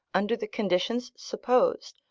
under the conditions supposed,